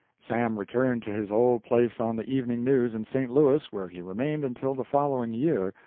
sam returned to his old place on the evening news, in st. louis, where he remained until the following year,